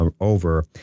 over